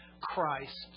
Christ